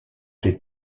des